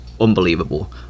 unbelievable